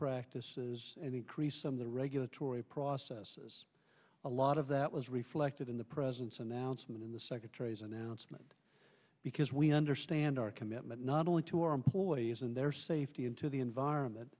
practices and increase some of the regulatory processes a lot of that was reflected in the president's announcement in the secretary's announcement because we understand our commitment not only to our employees and their safety and to the environment